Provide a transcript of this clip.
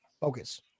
focus